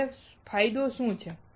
હવે ફાયદો શું છે